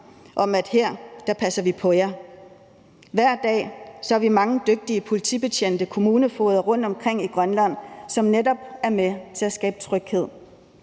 om, at her passer vi på jer. Hver dag har vi mange dygtige politibetjente eller kommunefogeder rundtomkring i Grønland, som netop er med til at skabe tryghed,